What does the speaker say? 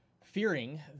Fearing